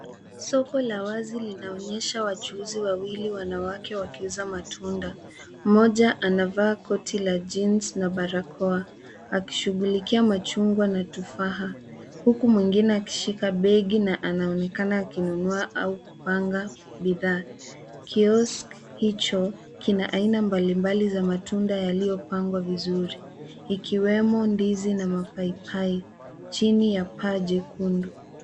Soko la wazi linaonyesha wachuuzi wawili wanawake wakiuza matunda ,moja anavaa koti la jinsi na barakoa akishughulia kimachungwa na tufaha huku mwingine akishika begi na anaonekana akinunua au kupanga bidhaa ,kiosk hicho kina aina mbalimbali za matunda yaliyopangwa vizuri ikiwemo ndizi na mapapai chini ya paa jekundu.